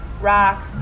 rock